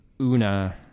una